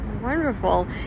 Wonderful